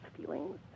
feelings